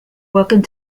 welcome